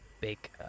big